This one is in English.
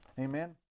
Amen